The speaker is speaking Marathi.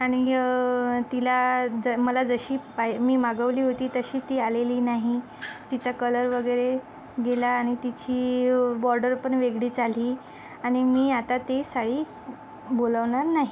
आणि तिला ज मला जशी पाय मी मागवली होती तशी ती आलेली नाही तिचा कलर वगैरे गेलाय आणि तिची बॉर्डर पण वेगळीच आली आणि मी आता ती साळी बोलवणार नाही